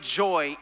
joy